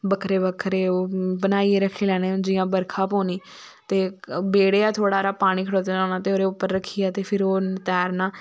बक्खरे बक्खरे ओह् बनाइयै रक्खी लैने जियां बर्खा पौनी ते बेड़ेया थोह्ड़ा सारा पानी खड़ोता दा होना ते ओहदे उप्पर रक्खिये ते फिर ओह् तैरना